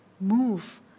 move